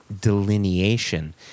delineation